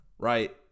Right